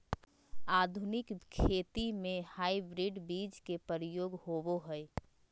आधुनिक खेती में हाइब्रिड बीज के प्रयोग होबो हइ